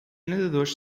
nadadores